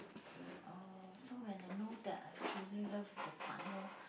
K uh so when I know that I truly love the partner